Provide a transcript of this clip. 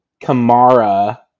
Kamara